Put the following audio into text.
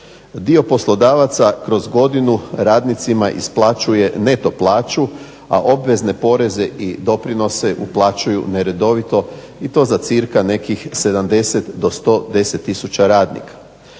Dio poslodavaca kroz godinu radnicima isplaćuje neto plaću a obvezne poreze i doprinose uplaćuju neredovito i to za cca nekih 70 do 110 tisuća radnika,